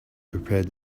prepared